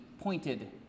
pointed